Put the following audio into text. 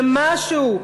שמשהו,